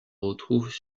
retrouvent